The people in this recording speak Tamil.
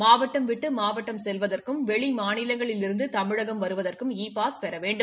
மாவட்டம் விட்டு மாவட்டம் செல்வதற்கும் வெளி மநிலங்களிலிருந்து தமிழகம் வருவதற்கும் இ பாஸ் பெற வேண்டும்